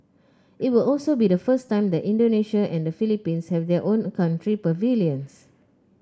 it will also be the first time that Indonesia and the Philippines have their own country pavilions